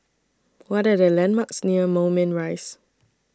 What Are The landmarks near Moulmein Rise